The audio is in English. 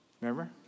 remember